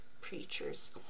preachers